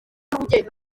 n’ubugeni